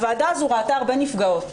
הוועדה הזו ראתה הרבה נפגעות,